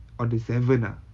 on the seventh ah